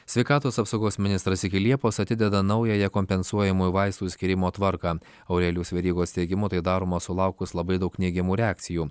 sveikatos apsaugos ministras iki liepos atideda naująją kompensuojamųjų vaistų skyrimo tvarką aurelijaus verygos teigimu tai daroma sulaukus labai daug neigiamų reakcijų